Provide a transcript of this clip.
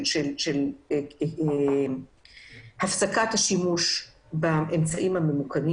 של הפסקת השימוש באמצעים אלו.